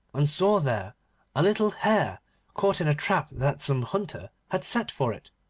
and saw there a little hare caught in a trap that some hunter had set for it.